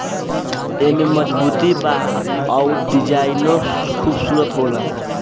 एमे मजबूती बा अउर डिजाइनो खुबसूरत होला